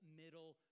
middle